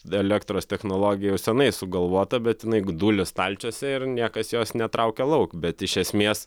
elektros technologija jau senai sugalvota bet jinai gduli stalčiuose ir niekas jos netraukia lauk bet iš esmės